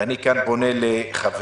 ואני כאן פונה לחברי,